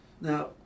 Now